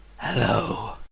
Hello